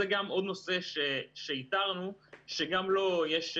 וזה גם עוד נושא שאיתרנו שגם לו יש,